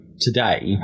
today